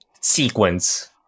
sequence